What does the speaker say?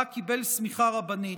שבה קיבל סמיכה רבנית.